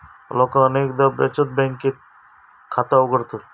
लोका अनेकदा बचत बँकेत खाता उघडतत